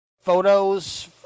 photos